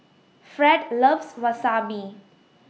Fred loves Wasabi